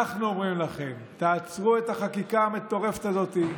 אנחנו אומרים לכם: תעצרו את החקיקה המטורפת הזאת,